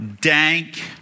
dank